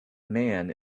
man